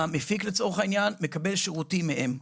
המפיק לצורך העניין מקבל שירותים מהם.